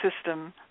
system